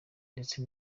ndetse